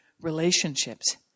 relationships